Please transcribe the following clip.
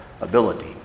ability